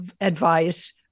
advice